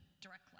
directly